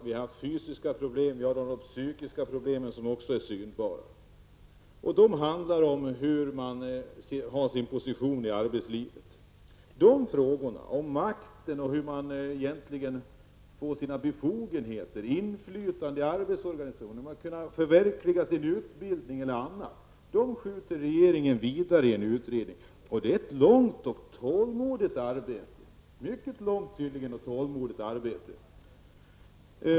Vi har fysiska problem och vi har psykiska problem som är synbara. Det handlar om var man har sin position i arbetslivet. Det är frågan om makten och hur man egentligen får sina befogenheter, sitt inflytande i arbetsorganisationen och om man kan förverkliga sin utbildning. Detta skjuter regeringen vidare i en utredning. Det är ett långt och tålmodigt arbete, mycket långt och tålmodigt tydligen.